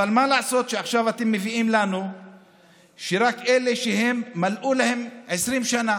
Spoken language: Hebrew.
אבל מה לעשות שעכשיו אתם מביאים לנו רק את אלה שמלאו להם 20 שנה?